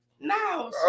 No